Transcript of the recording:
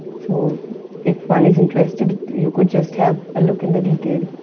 so if one is interested you could just have a look in the detail.